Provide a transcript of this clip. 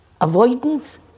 avoidance